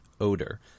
odor